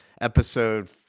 episode